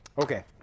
Okay